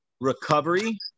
recovery